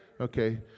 okay